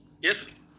Yes